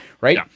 right